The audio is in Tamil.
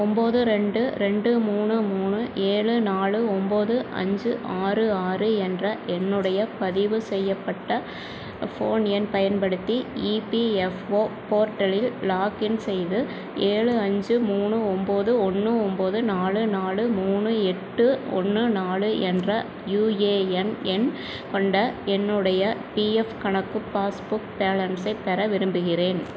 ஒம்பது ரெண்டு ரெண்டு மூணு மூணு ஏழு நாலு ஒம்பது அஞ்சு ஆறு ஆறு என்ற என்னுடைய பதிவு செய்யப்பட்ட ஃபோன் எண் பயன்படுத்தி இபிஎஃப்ஓ போர்ட்டலில் லாக்இன் செய்து ஏழு அஞ்சு மூணு ஒம்பது ஒன்று ஒம்பது நாலு நாலு மூணு எட்டு ஒன்று நாலு என்ற யுஏஎன் எண் கொண்ட என்னுடைய பிஎஃப் கணக்கு பாஸ்புக் பேலன்ஸை பெற விரும்புகிறேன்